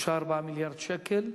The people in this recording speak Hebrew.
3 4 מיליארד שקל.